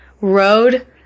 road